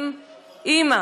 עם אימא